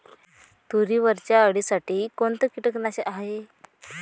तुरीवरच्या अळीसाठी कोनतं कीटकनाशक हाये?